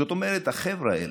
זאת אומרת, החבר'ה האלה,